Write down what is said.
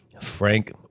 Frank